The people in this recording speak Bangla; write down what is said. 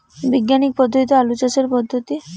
বিজ্ঞানিক পদ্ধতিতে আলু চাষের পদ্ধতি?